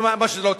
ומה שלא תרצו.